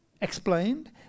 explained